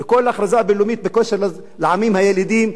כל הכרזה בין-לאומית בקשר לעמים הילידים.